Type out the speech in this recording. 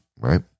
right